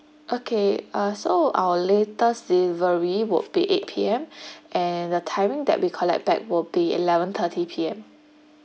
okay uh so our latest delivery would be eight P_M and the timing that we collect back will be eleven thirty P_M